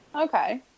Okay